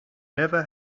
never